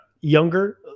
younger